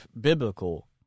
biblical